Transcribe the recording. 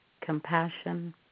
compassion